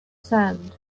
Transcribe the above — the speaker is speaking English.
sand